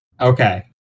okay